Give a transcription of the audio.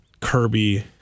Kirby